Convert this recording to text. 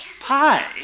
Pie